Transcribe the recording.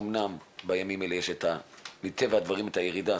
אמנם בימים האלה יש מטבע הדברים את הירידה,